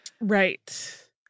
right